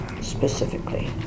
specifically